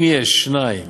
אם יש שניים